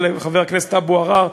חבר הכנסת אבו עראר,